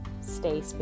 stay